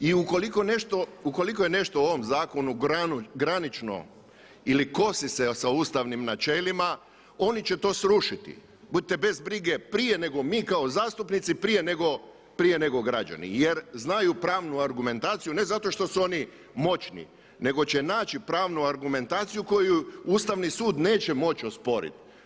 I ukoliko nešto, ukoliko je nešto u ovom zakonu granično ili kosi se sa ustavnim načelima, oni će to srušiti, budite bez brige prije nego mi kao zastupnici, prije nego građani jer znaju pravnu argumentaciju, ne zato što su oni moćni nego će naći pravnu argumentaciju koju ustavni sud neće moći osporiti.